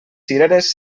cireres